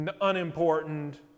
unimportant